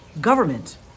government